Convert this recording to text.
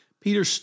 Peter